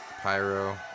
Pyro